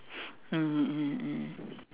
mmhmm mmhmm mmhmm